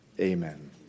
amen